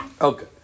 Okay